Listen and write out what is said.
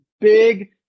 big